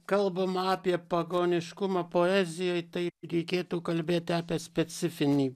kalbama apie pagoniškumą poezijoj tai reikėtų kalbėt apie specifinį